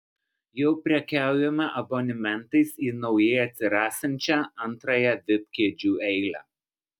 jau prekiaujama abonementais į naujai atsirasiančią antrąją vip kėdžių eilę